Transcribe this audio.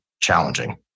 challenging